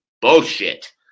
bullshit